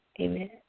amen